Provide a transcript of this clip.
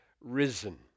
risen